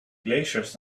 glaciers